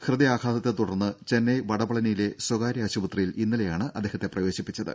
ഹൃദയാഘാതത്തെ തുടർന്ന് ചെന്നൈ വടപളനിയിലെ സ്വകാര്യ ആശുപത്രിയിൽ ഇന്നലെയാണ് അദ്ദേഹത്തെ പ്രവേശിപ്പിച്ചത്